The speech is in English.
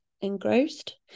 engrossed